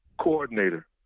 coordinator